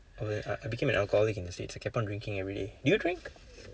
I I became an alcoholic in the states I kept on drinking every day do you drink